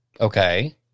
Okay